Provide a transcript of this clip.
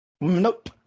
Nope